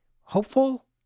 hopeful